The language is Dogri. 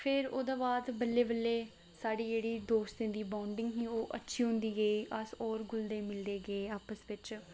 फिर ओह्दे बाद बल्लें बल्लें साढ़ी जेह्ड़ी दोस्तें दी बांडिग ही ओह् अच्छी होंदी गेई अस होर घुलदे मिलदे गे आपस बिच